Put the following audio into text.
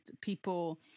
people